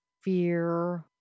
Fear